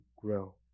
grow